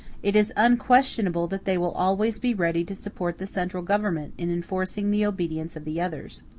it is unquestionable that they will always be ready to support the central government in enforcing the obedience of the others.